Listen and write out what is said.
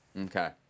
Okay